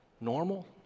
normal